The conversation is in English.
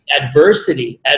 adversity